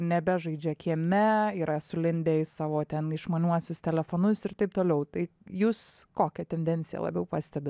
nebežaidžia kieme yra sulindę į savo ten išmaniuosius telefonus ir taip toliau tai jūs kokią tendenciją labiau pastebit